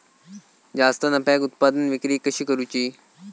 जास्त नफ्याक उत्पादन विक्री कशी करू?